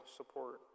support